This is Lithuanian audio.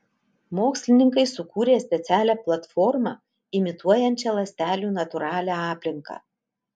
mokslininkai sukūrė specialią platformą imituojančią ląstelių natūralią aplinką